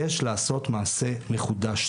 יש לעשות מעשה מחודש.